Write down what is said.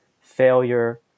failure